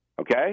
Okay